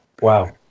Wow